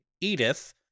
Edith